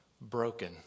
broken